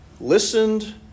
listened